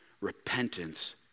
repentance